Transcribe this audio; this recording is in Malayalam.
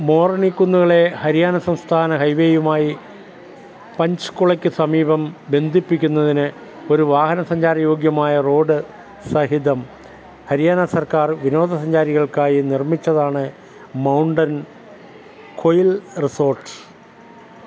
മോർണി കുന്നുകളെ ഹരിയാന സംസ്ഥാന ഹൈവേയുമായി പഞ്ച്കുളയ്ക്ക് സമീപം ബന്ധിപ്പിക്കുന്നതിന് ഒരു വാഹനസഞ്ചാരയോഗ്യമായ റോഡ് സഹിതം ഹരിയാന സർക്കാർ വിനോദസഞ്ചാരികൾക്കായി നിർമ്മിച്ചതാണ് മൗണ്ടൻ ക്വയിൽ റിസോർട്ട്